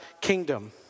kingdom